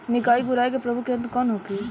निकाई गुराई के प्रमुख यंत्र कौन होखे?